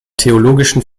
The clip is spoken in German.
theologischen